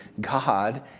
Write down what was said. God